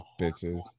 bitches